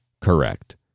correct